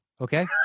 okay